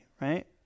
right